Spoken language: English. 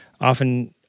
often